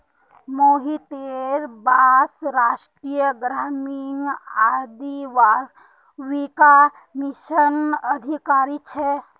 मोहितेर बाप राष्ट्रीय ग्रामीण आजीविका मिशनत अधिकारी छे